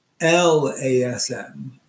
LASM